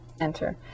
Enter